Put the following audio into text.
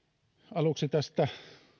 aluksi tästä